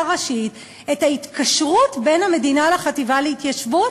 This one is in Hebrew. ראשית את ההתקשרות בין המדינה לחטיבה להתיישבות,